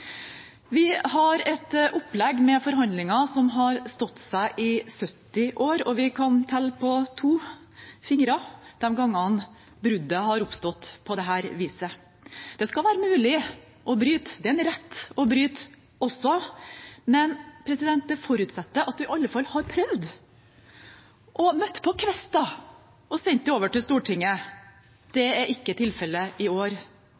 Vi har et opplegg med forhandlinger som har stått seg i 70 år, og vi kan telle på to fingre de gangene bruddet har oppstått på dette viset. Det skal være mulig å bryte, det er en rett å bryte, men det forutsetter at vi i alle fall har prøvd. Vi har møtt på kvist og sendt det over til Stortinget. Det er ikke tilfellet i år.